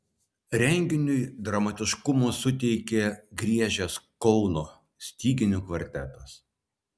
renginiui dramatiškumo suteikė griežęs kauno styginių kvartetas